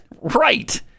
right